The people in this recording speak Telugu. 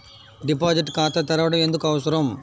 డిపాజిట్ ఖాతా తెరవడం ఎందుకు అవసరం?